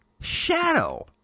Shadow